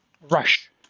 rush